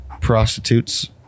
prostitutes